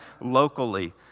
locally